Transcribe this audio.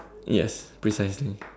yes precisely